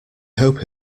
hope